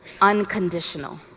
unconditional